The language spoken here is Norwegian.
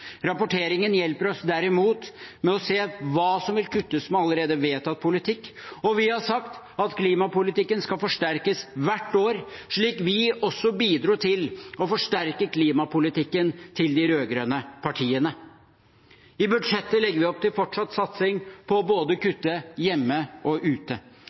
Rapporteringen hjelper oss derimot med å se hva som vil kuttes med allerede vedtatt politikk. Vi har sagt at klimapolitikken skal forsterkes hvert år, slik vi også bidro til å forsterke klimapolitikken til de rød-grønne partiene. I budsjettet legger vi opp til fortsatt satsing på å kutte både hjemme og ute.